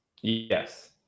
Yes